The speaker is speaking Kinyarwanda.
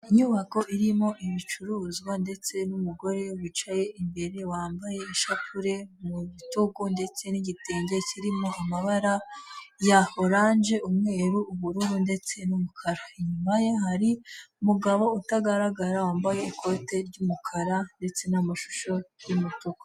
Inyubako irimo ibicuruzwa ndetse n'umugore wicaye imbere, wambaye ishapure mu bitugu ndetse n'igitenge kirimo amabara ya oranje, umweru, ubururu ndetse n'umukara, inyuma ye hari umugabo utagaragara wambaye ikote ry'umukara ndetse n'amashusho y'umutuku.